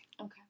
Okay